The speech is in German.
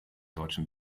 deutschen